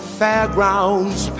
fairground's